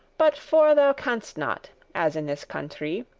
but for thou canst not, as in this country,